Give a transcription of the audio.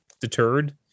deterred